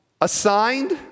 assigned